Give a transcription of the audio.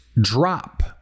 drop